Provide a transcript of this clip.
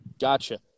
Gotcha